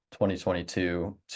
2022